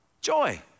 Joy